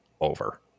over